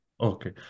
Okay